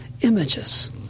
images